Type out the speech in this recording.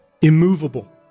immovable